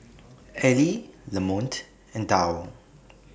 Aili Lamonte and Dow